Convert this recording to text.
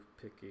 picky